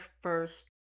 first